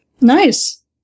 Nice